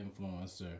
influencer